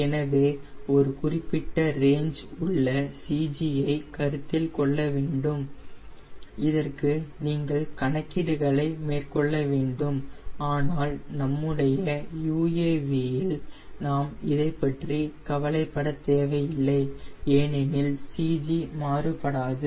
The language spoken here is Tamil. எனவே ஒரு குறிப்பிட்ட ரேஞ் உள்ள CG ஐ கருத்தில் கொள்ள வேண்டும் இதற்கு நீங்கள் கணக்கீடுகளை மேற்கொள்ள வேண்டும் ஆனால் நம்முடைய UAV இல் நாம் இதைப்பற்றி கவலைப்பட தேவையில்லை ஏனெனில் CG மாறுபடாது